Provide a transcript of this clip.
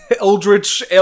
eldritch